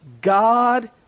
God